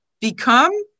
become